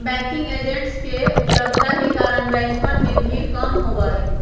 banking agents के उपलब्धता के कारण बैंकवन में भीड़ कम होबा हई